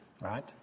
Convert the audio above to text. Right